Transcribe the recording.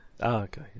okay